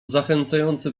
zachęcający